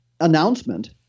announcement